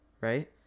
right